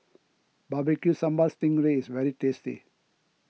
Barbecue Sambal Sting Ray is very tasty